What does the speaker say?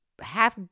half